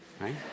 right